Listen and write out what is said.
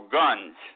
guns